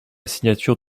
signature